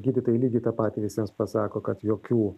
gydytojai lygiai tą patį visiems pasako kad jokių